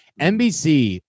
NBC